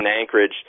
Anchorage